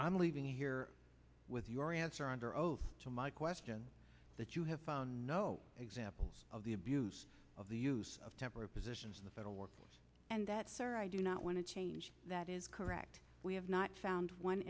i'm leaving here with your answer under oath question that you have found no examples of the abuse of the use of temporal positions in the federal workforce and that sir i do not want to change that is correct we have not found one